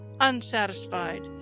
unsatisfied